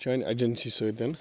چانہِ ایٚجنسی سۭتۍ